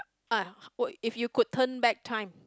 ah would if you could turn back time